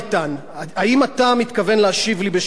האם אתה מתכוון להשיב לי בשם הממשלה?